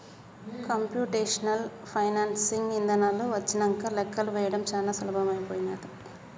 computational financing ఇదానాలు వచ్చినంక లెక్కలు వేయడం చానా సులభమైపోనాది